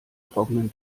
trockenen